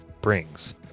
brings